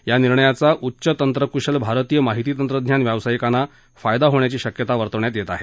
या निर्णयाचा उच्च तंत्रकुशल भारतीय माहिती तंत्रज्ञान व्यावसायिकांचा फायदा होण्याची शक्यता वर्तवण्यात येत आहे